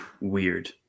weird